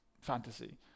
fantasy